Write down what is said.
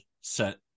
set